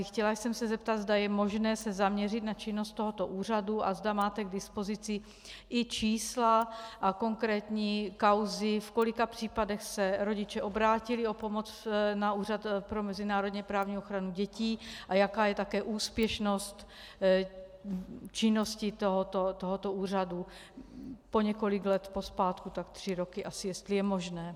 Chtěla jsem se zeptat, zda je možné se zaměřit na činnost tohoto úřadu a zda máte k dispozici i čísla a konkrétní kauzy, v kolika případech se rodiče obrátili o pomoc na Úřad pro mezinárodněprávní ochranu dětí a jaká je také úspěšnost činnosti tohoto úřadu po několik let pozpátku, asi tři roky, jestli je možné.